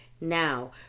now